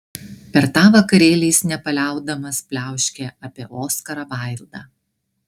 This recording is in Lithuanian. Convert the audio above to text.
per tą vakarėlį jis nepaliaudamas pliauškė apie oskarą vaildą